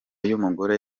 umugore